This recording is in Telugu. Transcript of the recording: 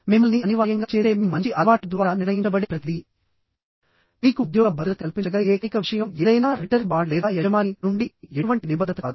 మిమ్మల్ని అనివార్యంగా చేసే మీ మంచి అలవాట్ల ద్వారా నిర్ణయించబడే ప్రతిదీ మీకు ఉద్యోగ భద్రత కల్పించగల ఏకైక విషయం ఏదైనా రిటర్న్ బాండ్ లేదా యజమాని నుండి ఎటువంటి నిబద్ధత కాదు